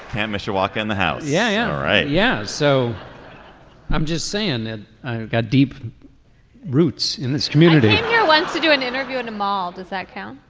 camp mr. walk in the house. yeah. all right. yes. so i'm just saying and got deep roots in this community yeah wants to do an interview in the mall. does that count.